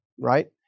Right